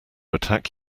attack